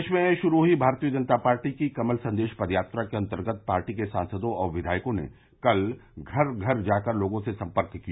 प्रदेश में शुरू हई भारतीय जनता पार्टी की कमल सन्देश पदयात्रा के अन्तर्गत पार्टी के सांसदों और विघायकों ने कल घर घर जाकर लोगों से सम्पर्क किया